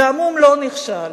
המשא-ומתן לא נכשל,